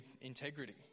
integrity